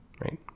right